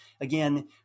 Again